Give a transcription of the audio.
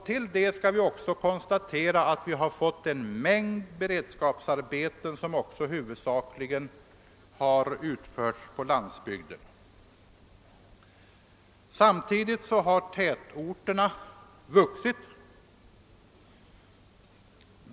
Till det skall vi lägga att vi har fått en mängd beredskapsarbeten som också huvudsakligen utförs på landsbygden. Samtidigt har tätorterna vuxit.